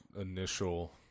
initial